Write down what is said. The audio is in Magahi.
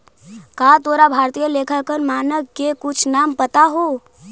का तोरा भारतीय लेखांकन मानक के कुछ नाम पता हो?